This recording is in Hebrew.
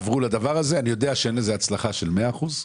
אני יודע שאין לזה הצלחה של מאה אחוזים.